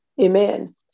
amen